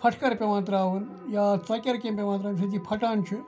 پھَٹکر پٮ۪وان ترٛاوُن یا ژۄکٮ۪ر کینٛہہ پٮ۪وان ترٛاوُن ییٚمہِ سۭتۍ یہِ پھَٹان چھُ